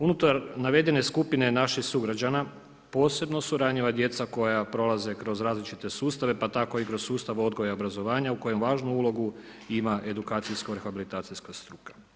Unutar navedene skupine naših sugrađana posebno su ranjiva djeca koja prolaze kroz različite sustave, pa tako i kroz sustav odgoja i obrazovanja u kojem važnu ulogu ima edukacijsko-rehabilitacijska struka.